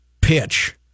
pitch